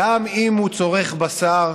גם אם הוא צורך בשר,